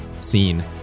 scene